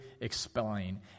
explain